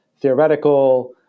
theoretical